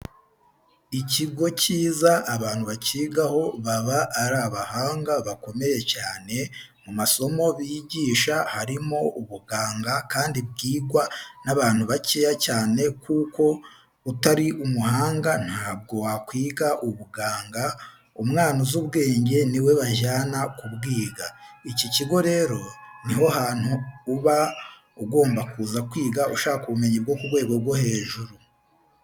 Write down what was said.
Ikigo cyiza abantu bakigaho baba ari abahanga bakomeye cyane, mu masomo bigisha harimo ubuganga kandi bwigwa n'abantu bakeya cyane kuko utari umuhanga ntabwo wakwiga ubuganga, umwana uzi ubwenge ni we bajyana kubwiga. Iki kigo rero ni ho hantu uba ugomba kuza kwiga ushaka ubumenyi bwo ku rwego rwo hejuru.